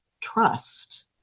trust